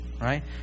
right